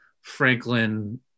franklin